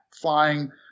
flying